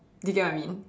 did you get what I mean